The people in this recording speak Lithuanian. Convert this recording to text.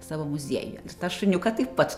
savo muziejuje ir tą šuniuką taip pat